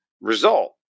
result